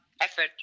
effort